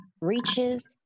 reaches